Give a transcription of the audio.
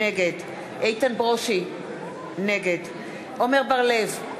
נגד איתן ברושי, נגד עמר בר-לב,